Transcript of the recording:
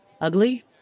Ugly